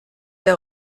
der